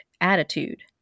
attitude